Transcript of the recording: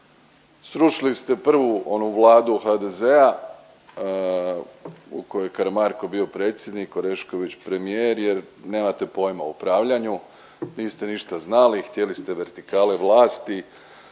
Srušili ste prvu onu vladu HDZ-a u kojoj je Karamarko bio predsjednik, Orešković premijer jer nemate pojma o upravljanju, niste ništa znali, htjeli ste vertikale vlasti,